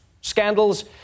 Scandals